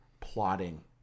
plotting